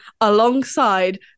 alongside